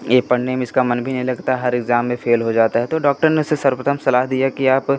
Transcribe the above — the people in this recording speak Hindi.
ये पढ़ने में इसका मन भी नहीं लगता हर इग्ज़ाम में फ़ेल हो जाता है तो डॉक्टर ने उसे सर्वप्रथम सलाह दिया कि आप